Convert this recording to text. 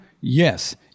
Yes